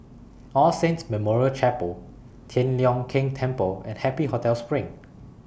All Saints Memorial Chapel Tian Leong Keng Temple and Happy Hotel SPRING